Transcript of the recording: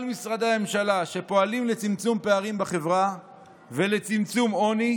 משרדי הממשלה שפועלים לצמצום פערים בחברה ולצמצום עוני